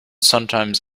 sometimes